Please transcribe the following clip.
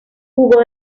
jugó